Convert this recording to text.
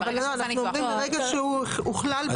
אבל אנחנו אומרים ברגע שהוא הוכלל ברשימה.